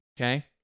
Okay